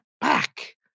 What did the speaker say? Back